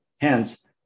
Hence